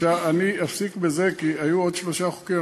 אני אפסיק בזה, כי היו עוד שלושה חוקים.